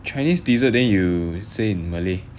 chinese dessert then you say in malay